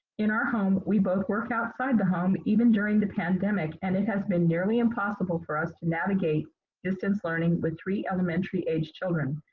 in our home, we both work outside the home, even during the pandemic and it has been nearly impossible for us to navigate distance learning with three elementary aged children.